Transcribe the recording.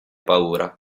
paura